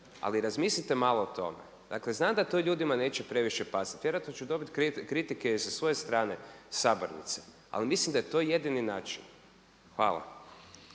Ali razmislite malo o tome. Dakle, znam da to ljudima neće previše pasati. Vjerojatno ću dobiti kritike i sa svoje strane sabornice ali mislim da je to jedini način. Hvala.